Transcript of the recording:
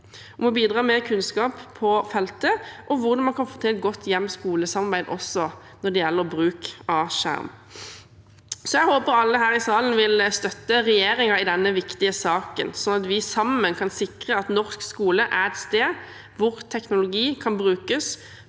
om å bidra med kunnskap på feltet og hvordan man kan få til et godt hjem–skolesamarbeid også når det gjelder bruk av skjerm. Jeg håper alle her i salen vil støtte regjeringen i denne viktige saken, slik at vi sammen kan sikre at norsk skole er et sted hvor teknologi kan brukes